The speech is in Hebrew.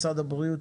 משרד הבריאות,